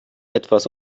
etwas